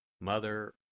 Mother